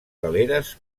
galeres